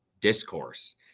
discourse